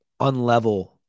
unlevel